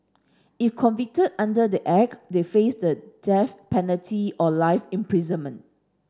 if convicted under the Act they faced the death penalty or life imprisonment